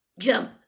Jump